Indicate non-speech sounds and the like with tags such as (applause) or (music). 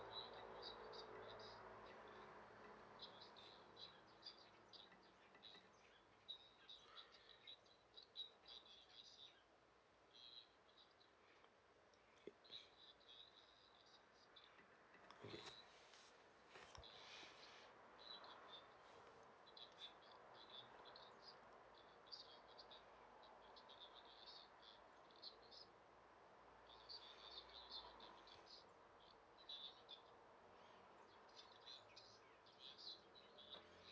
okay okay (breath)